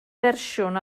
fersiwn